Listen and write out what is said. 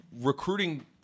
recruiting